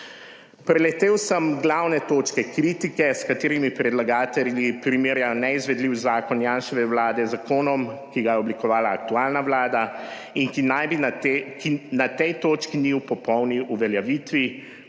Preletel sem glavne točke kritike, s katerimi predlagatelji primerjajo neizvedljiv zakon Janševe vlade z zakonom, ki ga je oblikovala aktualna vlada in ki naj bi, na tej točki ni v popolni uveljavitvi.